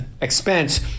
expense